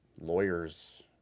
lawyers